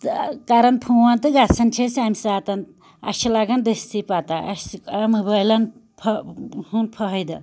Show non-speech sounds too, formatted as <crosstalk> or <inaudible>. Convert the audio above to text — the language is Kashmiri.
تہٕ کران فون تہٕ گژھان چھِ أسۍ اَمہِ ساتہٕ اسہِ چھِ لَگان دٔستی پَتہ اسہِ <unintelligible> موبایلَن ہُنٛد فٲیدٕ